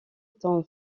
étant